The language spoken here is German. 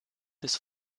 des